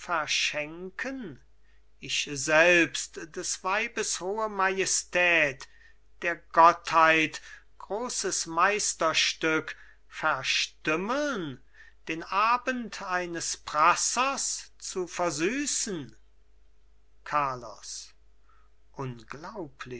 verschenken ich selbst des weibes hohe majestät der gottheit großes meisterstück vestümmeln den abend eines prassers zu versüßen carlos